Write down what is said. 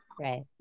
Right